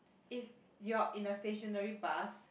if your in a stationary bus